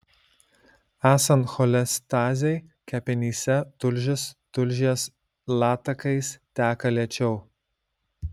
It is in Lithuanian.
esant cholestazei kepenyse tulžis tulžies latakais teka lėčiau